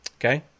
Okay